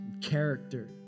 character